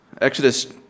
Exodus